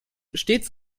stets